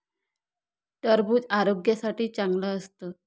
टरबूज आरोग्यासाठी चांगलं असतं